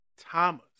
Thomas